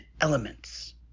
elements